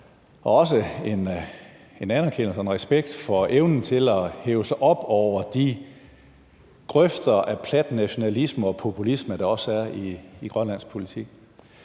Også en anerkendelse af og en respekt for evnen til at hæve sig op over de grøfter af plat nationalisme og populisme, der også er i grønlandsk politik.